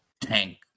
tank